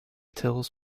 tills